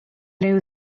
ryw